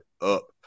up